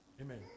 Amen